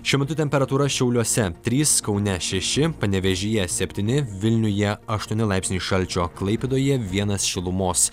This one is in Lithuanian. šiuo metu temperatūra šiauliuose trys kaune šeši panevėžyje septyni vilniuje aštuoni laipsniai šalčio klaipėdoje vienas šilumos